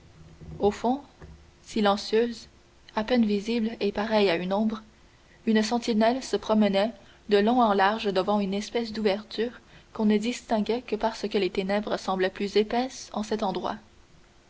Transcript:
au fond silencieuse à peine visible et pareille à une ombre une sentinelle se promenait de long en large devant une espèce d'ouverture qu'on ne distinguait que parce que les ténèbres semblaient plus épaisses en cet endroit